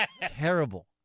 terrible